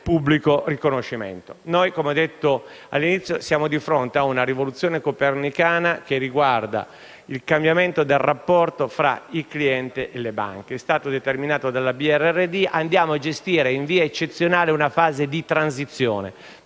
pubblico riconoscimento). Come detto all'inizio, siamo di fronte a una rivoluzione copernicana che riguarda il cambiamento del rapporto tra il cliente e le banche, come determinato dalla direttiva BRRD. Andiamo a gestire in via eccezionale una fase di transizione